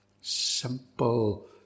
simple